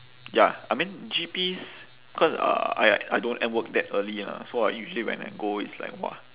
ya I mean G_Ps cause uh I I don't end work that early lah so I usually when I go it's like !wah!